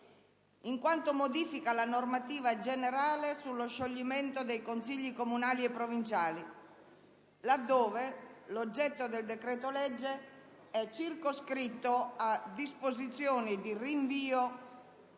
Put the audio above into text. in quanto modifica la normativa generale sullo scioglimento dei Consigli comunali e provinciali, laddove l'oggetto del decreto-legge è circoscritto a disposizioni di rinvio